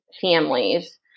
families